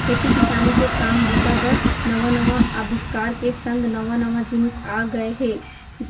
खेती किसानी के काम बूता बर नवा नवा अबिस्कार के संग नवा नवा जिनिस आ गय हे